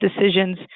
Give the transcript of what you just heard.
decisions